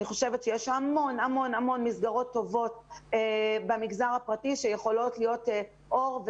אני חושבת שיש המון מסגרות טובות במגזר הפרטי שיכולות להיות אור,